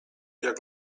jak